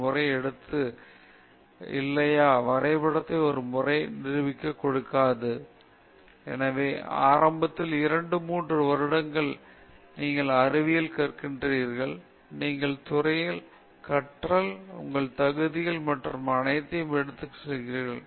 வரைபடத்தை ஒரு முறை திருப்பிக் கொடுக்கிறது அங்கு நீங்கள் விரைவான முன்னேற்றம் அடைகிறீர்கள் பின்னர் நீங்கள் அதிக நேரம் செலவழித்தால் தொடர்ந்து முன்னேற்றம் குறைவாக இருக்கும் எனவே ஆரம்பத்தில் ஒன்று இரண்டு மூன்று வருடங்கள் நீங்கள் அறிவியல் கற்கிறீர்கள் உங்கள் துறையில் கற்றல் உங்கள் தகுதிகள் மற்றும் அனைத்தையும் கடந்து செல்கிறீர்கள்